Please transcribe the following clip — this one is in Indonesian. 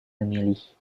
memilih